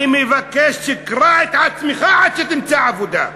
אני מבקש שתקרע את עצמך עד שתמצא עבודה.